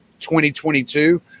2022